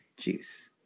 Jeez